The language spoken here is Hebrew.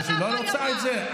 אז היא לא רוצה את זה?